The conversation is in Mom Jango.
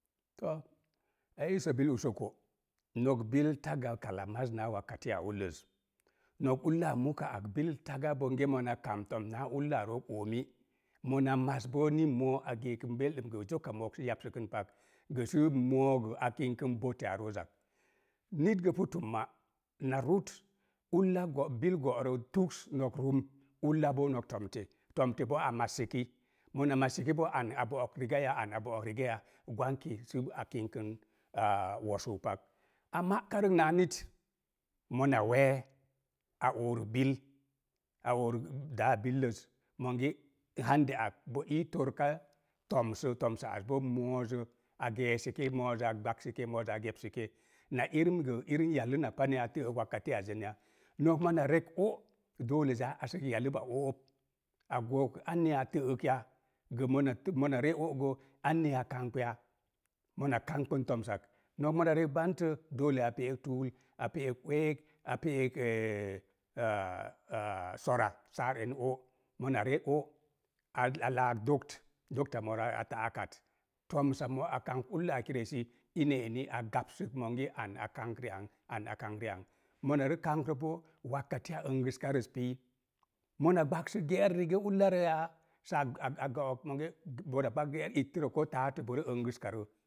To'a ilso bil usuko, nok bil kala maz naa a ullaa mukə ak, bil bonge mona kam tooms naa ullaa rook oomi mona mas boo ni moo a gakən zok a mook sə yabsəkən pak, gə sə moogə a kinkən roo zak. Nit gə pu tuuma, na rut, ulla go bil go'rə tuks nok rum, ulla boo nok tomte. Tomte boo a massiki, mona massiki boo, an a bo'ok rigaya, an a bo'ok rigaya. Gwanki sə a kinkən aa wosuu pak. A ma'karə naa nit mona wee a oorək bil, a oorək daa billəz monge bo i torka tomsə, tomsa as boo moozə a geeske, moozə a gbaksəke, moozə a gepsəke, na irəm gə irəm yallən a pane a tə'ək ya. Nok mona rek o’ doolezə a asək yaləba o'ob, a gook anni a tə'ək ya, gə mina ree o’ gə aniya kambya, mona kambən toomsak. Nok mona rek bantə, dook a pe'ek tuul, a pe'ek ueeg, a pe'ek sora saa ren o'. Mona ree o', a laak dokt, dokta moorə a ta'ak at, tomsa moo a kank ullaa kiro esi ina eni a gapsək monge an a kane ri'ang an a kanb ri'ang. Mona re kankb rə boo eəngəska rəspii, mona gbaksuk ge'er rige ulla rə yaa, saa go'ok bonge bona gbag ge'er ittərə ko taatə bore